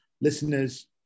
listeners